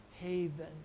haven